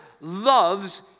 loves